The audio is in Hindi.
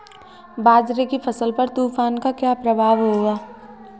बाजरे की फसल पर तूफान का क्या प्रभाव होगा?